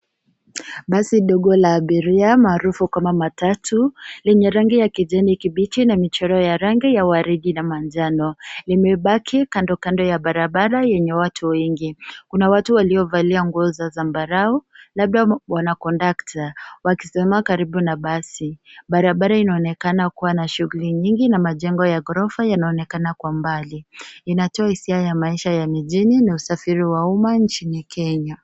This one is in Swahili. Basi dogo la abiria, maarufu kama matatu, lenye rangi ya kijani kibichi na michoro ya rangi ya waridi na manjano, limebaki kando kando ya barabara yenye watu wengi. Kuna watu waliovalia nguo za zambarau, labda wanakondakta, wakisema karibu na basi. Barabara inaonekana kuwa na shughuli nyingi na majengo ya ghorofa yanaonekana kwa mbali. Inatoa hisia ya maisha ya mijini na usafiri wa umma nchini Kenya.